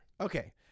Okay